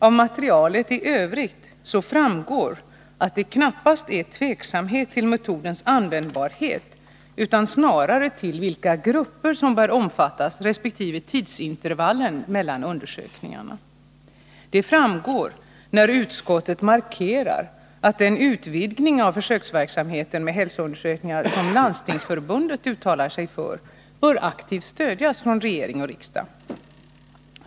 Av materialet i övrigt framgår att det knappast är fråga om tveksamhet till metodens användbarhet utan snarare gäller osäkerhet om vilka grupper som bör omfattas resp. om tidsintervallen mellan undersökningarna. Det framgår när utskottet markerar att den utvidgning av försöksverksamheten med hälsoundersökningar som Landstingsförbundet uttalar sig för bör aktivt stödjas från regering och riksdag.